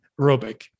aerobic